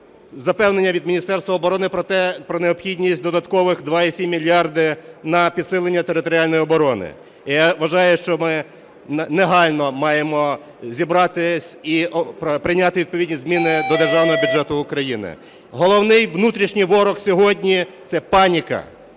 запевнення від Міністерства оброни про необхідність додаткових 2,7 мільярда на підсилення територіальної оброни. І я вважаю, що ми негайно маємо зібратися і прийняти відповідні зміни до Державного бюджету України. Головний внутрішній ворог сьогодні – це паніка.